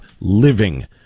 living